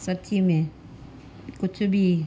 सखीअ में कुझु बि